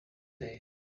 day